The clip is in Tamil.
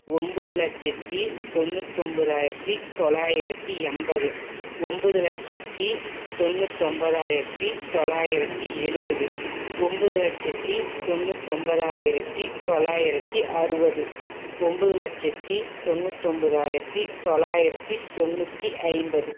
ஒம்பது லட்சத்தி தொண்ணுத்தொம்பதாயிரத்து தொள்ளாயிரத்தி எண்பது ஒம்பது லட்சத்தி தொண்ணுத்தொம்பதாயிரத்து தொள்ளாயிரத்தி எழுபது ஒம்பது லட்சத்தி தொண்ணுத்தொம்பதாயிரத்தி தொள்ளாயிரத்தி அறுபது ஒம்பது லட்சத்தி தொண்ணுத்தொம்பதாயிரத்து தொள்ளாயிரத்தி தொண்ணூற்றி ஐம்பது